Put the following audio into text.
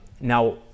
Now